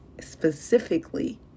specifically